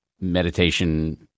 meditation